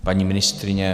Paní ministryně?